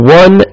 one